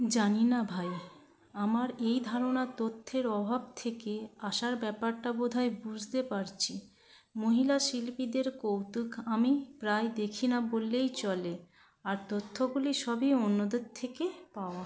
জানি না ভাই আমার এই ধারণা তথ্যের অভাব থেকে আসার ব্যাপারটা বোধহয় বুঝতে পারছি মহিলা শিল্পীদের কৌতুক আমি প্রায় দেখি না বললেই চলে আর তথ্যগুলি সবই অন্যদের থেকে পাওয়া